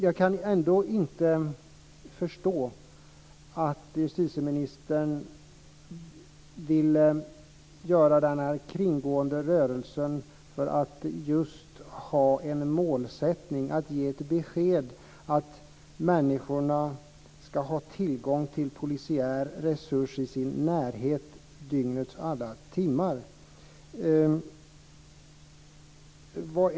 Jag kan emellertid inte förstå att justitieministern vill göra denna kringgående rörelse för att just ha en målsättning att ge ett besked att människorna ska ha tillgång till polisiära resurser i sin närhet under dygnets alla timmar.